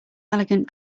elegant